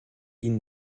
ihnen